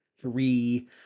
three